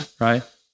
Right